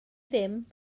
ddim